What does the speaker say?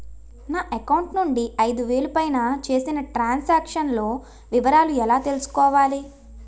నా అకౌంట్ నుండి ఐదు వేలు పైన చేసిన త్రం సాంక్షన్ లో వివరాలు ఎలా తెలుసుకోవాలి?